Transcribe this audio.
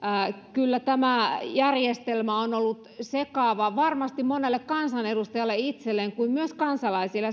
kyllä tämä järjestelmä on ollut sekava varmasti monelle kansanedustajalle itselleen kuin myös kansalaisille